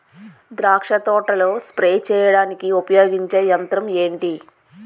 ద్రాక్ష తోటలో స్ప్రే చేయడానికి ఉపయోగించే యంత్రం ఎంటి?